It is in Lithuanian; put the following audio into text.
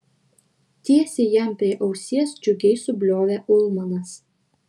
tiesiai jam prie ausies džiugiai subliovė ulmanas